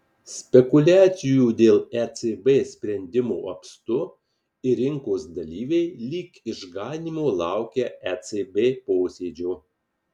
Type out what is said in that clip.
spekuliacijų dėl ecb sprendimo apstu ir rinkos dalyviai lyg išganymo laukia ecb posėdžio